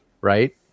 right